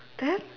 then